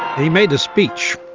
he made a speech,